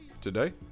today